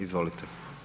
Izvolite.